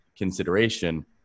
Consideration